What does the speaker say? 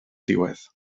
diwedd